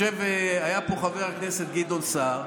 היה פה חבר הכנסת גדעון סער,